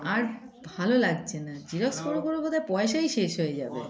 আর ভালো লাগছে না জেরক্স করো করেো বোধহয় পয়সাই শেষ হয়ে যাবে